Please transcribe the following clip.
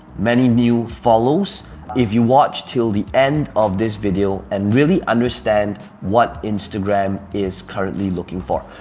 many new follows if you watch till the end of this video and really understand what instagram is currently looking for.